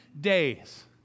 days